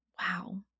Wow